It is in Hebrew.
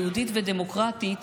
"יהודית" ו"דמוקרטית",